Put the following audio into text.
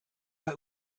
bei